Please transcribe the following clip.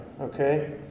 okay